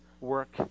work